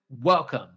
Welcome